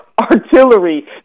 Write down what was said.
artillery